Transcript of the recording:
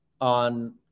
on